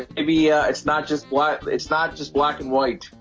maybe it's not just what it's not just black and white,